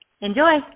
Enjoy